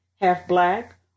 half-black